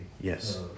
Yes